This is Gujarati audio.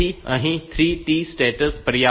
તેથી અહીં 3 T સ્ટેટ્સ પર્યાપ્ત છે